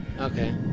Okay